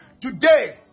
today